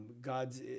God's